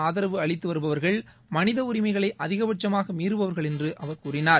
ஆதரவு அளித்து வருபவர்கள் மனித உரிமைகளை அதிகபட்சமாக மீறுபவர்கள் என்று அவர் கூறினார்